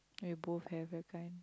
we both have that kind